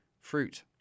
Fruit